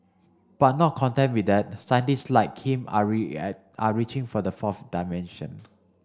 but not content with that scientist like him are are reaching for the fourth dimension